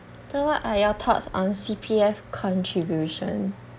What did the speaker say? so what are your thoughts on C_P_F contribution